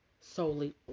solely